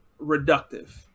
reductive